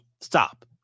stop